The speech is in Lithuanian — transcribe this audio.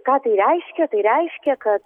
ką tai reiškia tai reiškia kad